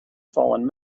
fallen